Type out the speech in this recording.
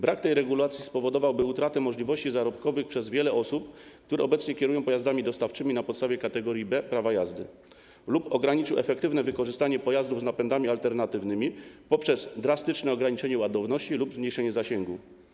Brak tej regulacji spowodowałby utratę możliwości zarobkowych przez wiele osób, które obecnie kierują pojazdami dostawczymi na podstawie prawa jazdy kategorii B, lub ograniczył efektywne wykorzystanie pojazdów z napędami alternatywnymi poprzez drastyczne ograniczenie ładowności lub zmniejszenie zasięgu.